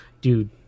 Dude